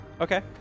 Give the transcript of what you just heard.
Okay